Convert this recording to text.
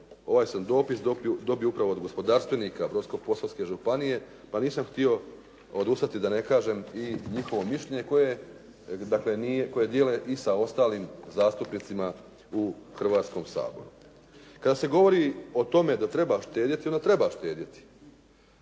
ovaj sam dopis dobio upravo od gospodarstvenika Brodsko-posavske županije pa nisam htio odustati, da ne kažem i njihovo mišljenje koje dijele i sa ostalim zastupnicima u Hrvatskom saboru. Kada se govori o tome da treba štedjeti, onda treba štedjeti.